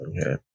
Okay